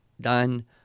done